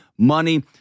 money